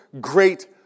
great